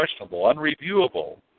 unreviewable